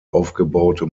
aufgebaute